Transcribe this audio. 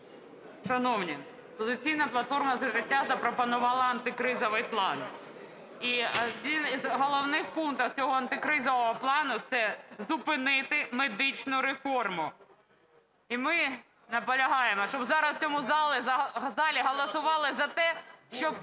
Шановні "Опозиційна платформа - За життя" запропонувала антикризовий план. І одним із головних пунктів цього антикризового плану – це зупинити медичну реформу. І ми наполягаємо, щоб зараз у цьому залі голосували за те, щоб